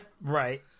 Right